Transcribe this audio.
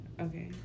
okay